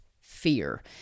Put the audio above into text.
fear